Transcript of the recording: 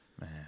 Man